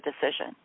decision